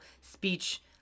speech